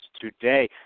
today